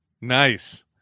nice